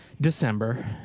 December